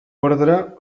orde